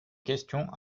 question